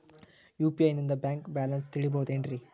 UPI ನಿಂದ bank balance ತಿಳಿಬಹುದೇನ್ರಿ?